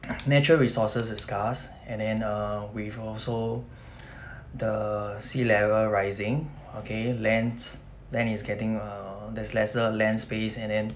natural resources is scarce and then uh we've also the sea level rising okay lands then it's getting uh there's lesser land space and then